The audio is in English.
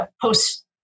post